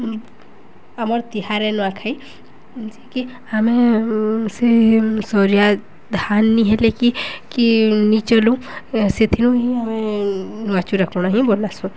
ଆମର୍ ତିହାରେ ନୂଆଖାଇ ଯେ କି ଆମେ ସେ ସରିଆ ଧାନ୍ ନି ହେଲେ କି କି ନି ଚଲୁ ସେଥି ହିଁ ଆମେ ନୂଆ ଚୁରାକଣ ହିଁ ବନାସୁଁ